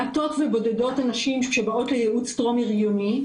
מעטות ובודדות הנשים שבאות לייעוץ טרום הריוני,